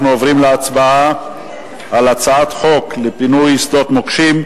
אנחנו עוברים להצבעה בקריאה ראשונה על הצעת חוק לפינוי שדות מוקשים,